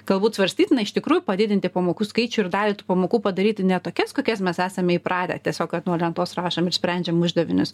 galbūt svarstytina iš tikrųjų padidinti pamokų skaičių ir dalį tų pamokų padaryti ne tokias kokias mes esame įpratę tiesiog kad nuo lentos rašom ir sprendžiam uždavinius